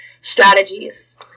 strategies